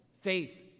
faith